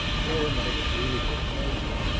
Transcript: clare might have greeted her kindly